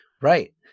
Right